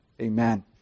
amen